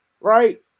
right